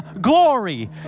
glory